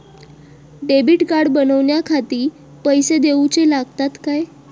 Debit card बनवण्याखाती पैसे दिऊचे लागतात काय?